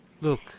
Look